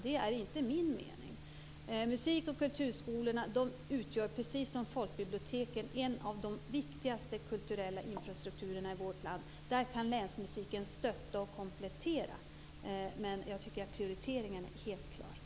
Det är inte min mening. Musik och kulturskolorna utgör precis som folkbiblioteken en av de viktigaste kulturella infrastrukturerna i vårt land. Länsmusiken kan stötta och komplettera, men jag tycker att prioriteringen är helt klar.